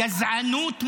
גזענות מובנית,